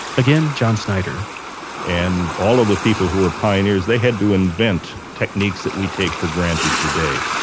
again john snyder and all of the people who were pioneers they had to invent techniques that we take for granted today.